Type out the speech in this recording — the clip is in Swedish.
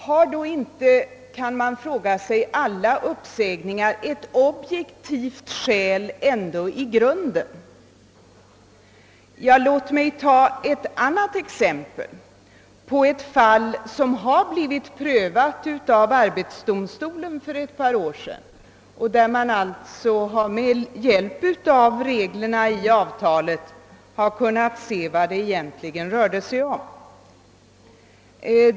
Har då inte alla uppsägningar ändå ett objektivt skäl i grunden? Ja, låt mig ta ett annat fall, som har blivit prövat av arbetsdomstolen för ett par år sedan och där man alltså med hjälp av reglerna i avtalet kunnat se vad det egentligen rörde sig om.